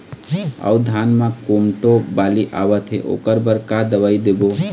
अऊ धान म कोमटो बाली आवत हे ओकर बर का दवई देबो?